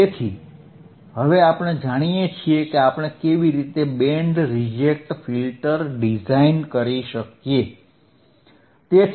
તેથી હવે આપણે જાણીએ છીએ કે આપણે કેવી રીતે બેન્ડ રિજેક્ટ ફિલ્ટર ડિઝાઇન કરી શકીએ